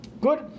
Good